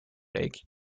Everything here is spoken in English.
lake